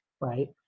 right